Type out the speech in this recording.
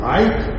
Right